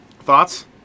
Thoughts